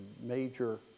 major